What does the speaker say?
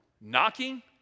knocking